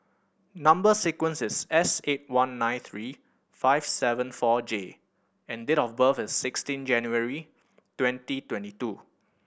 number sequence is S eight one nine three five seven four J and date of birth is sixteen January twenty twenty two